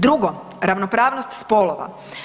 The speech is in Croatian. Drugo, ravnopravnost spolova.